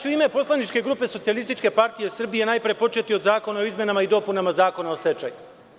U ime poslaničke grupe Socijalističke partije Srbije najpre početi od zakona o izmenama i dopunama Zakona o stečaju.